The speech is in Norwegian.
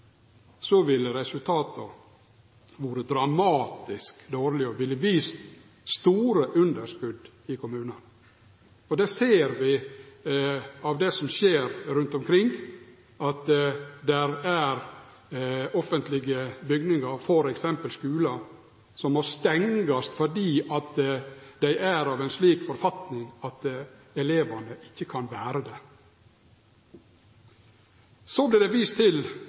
ser vi av det som skjer rundt omkring, at det er offentlege bygningar og f.eks. skular som må stengjast fordi dei er i ei slik forfatning at elevane ikkje kan vere der. Så vart det vist til